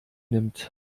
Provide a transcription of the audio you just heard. nimmt